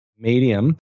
Medium